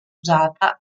usata